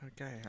okay